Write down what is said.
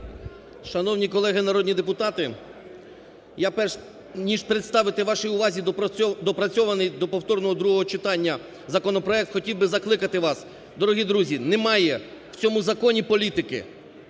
Шановні колеги народні депутати, я перш ніж представити вашій увазі допрацьований до повторного другого читання законопроект, хотів би закликати вас: дорогі друзі, немає в цьому законі політики.